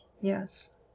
Yes